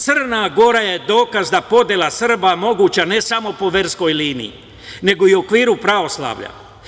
Crna Gora je dokaz da je podela Srba moguća ne samo po verskoj liniji, nego i u okviru pravoslavlja.